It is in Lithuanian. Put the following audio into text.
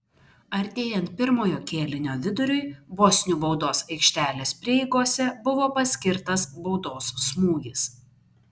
artėjant pirmojo kėlinio viduriui bosnių baudos aikštelės prieigose buvo paskirtas baudos smūgis